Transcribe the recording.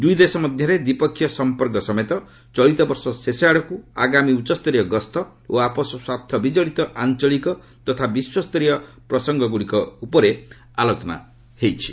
ଦୂଇ ଦେଶ ମଧ୍ୟରେ ଦ୍ୱିପକ୍ଷୀୟ ସମ୍ପର୍କ ସମେତ ଚଳିତ ବର୍ଷ ଶେଷ ଆଡ଼କୃ ଆଗାମୀ ଉଚ୍ଚସ୍ତରୀୟ ଗସ୍ତ ଓ ଆପୋଷ ସ୍ୱାର୍ଥବିକଡ଼ିତ ଆଞ୍ଚଳିକ ଓ ବିଶ୍ୱସ୍ତରୀୟ ପ୍ରସଙ୍ଗଗୁଡ଼ିକ ଆଲୋଚନା କରିବେ